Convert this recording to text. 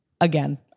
again